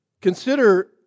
consider